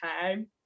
time